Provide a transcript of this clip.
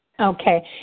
Okay